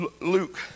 Luke